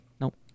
Nope